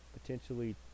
potentially